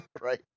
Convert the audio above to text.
right